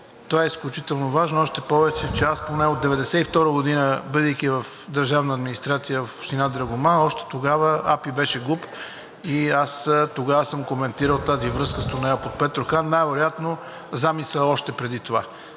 това е изключително важно, още повече че аз поне от 1992 г., бидейки в държавна администрация в община Драгоман – АПИ беше ГУП, и аз още тогава съм коментирал тази връзка с тунела под Петрохан, а най-вероятно замисълът е още преди това.